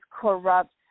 corrupt